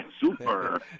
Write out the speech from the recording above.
Super